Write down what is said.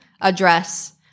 address